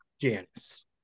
Janice